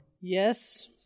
yes